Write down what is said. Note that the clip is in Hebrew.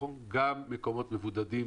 החוק יעזור למקומות מבודדים